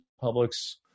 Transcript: public's